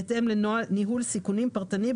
בהתאם לניהול סיכונים פרטני,